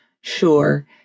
Sure